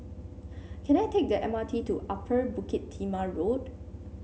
can I take the M R T to Upper Bukit Timah Road